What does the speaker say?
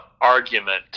argument